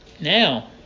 Now